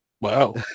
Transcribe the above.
Wow